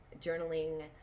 journaling